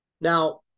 Now